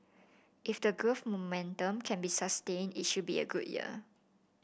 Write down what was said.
if the growth momentum can be sustained it should be a good year